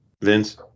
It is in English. Vince